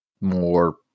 more